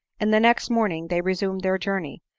and the next morning they resumed their journey,